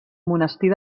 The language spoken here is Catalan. monestir